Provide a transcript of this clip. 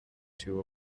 two